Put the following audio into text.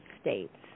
states